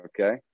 Okay